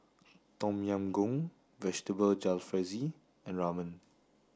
Tom Yam Goong Vegetable Jalfrezi and Ramen